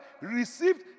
received